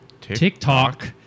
TikTok